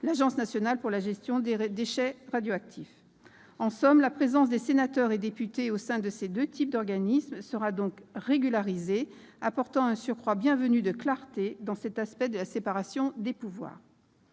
l'Agence nationale pour la gestion des déchets radioactifs. En somme, la présence des sénateurs et des députés au sein de ces deux types d'organismes sera régularisée, apportant un surcroît bienvenu de clarté dans cet aspect de la séparation des pouvoirs.